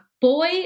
boy